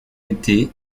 été